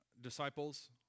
Disciples